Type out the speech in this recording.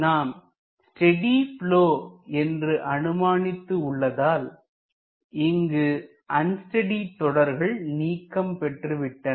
நாம் steady flow என்று அனுமானித்து உள்ளதால் இங்குள்ள அன்ஸ்டெடி தொடர்கள் நீக்கம் பெற்றுவிட்டன